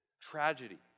tragedy